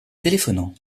téléphonant